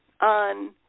on